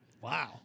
Wow